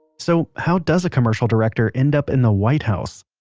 so how does a commercial director end up in the white house?